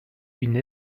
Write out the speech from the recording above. une